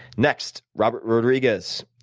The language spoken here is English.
next, robert rodriguez,